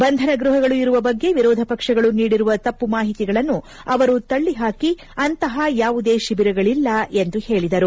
ಬಂಧನ ಗೃಹಗಳು ಇರುವ ಬಗ್ಗೆ ವಿರೋಧ ಪಕ್ಷಗಳು ನೀಡಿರುವ ತಪ್ಪು ಮಾಹಿತಿಗಳನ್ನು ಅವರು ತಳ್ಳಿಹಾಕಿ ಅಂತಪ ಯಾವುದೇ ಶಿಬಿರಗಳಿಲ್ಲ ಎಂದು ಹೇಳಿದರು